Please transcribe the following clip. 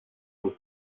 was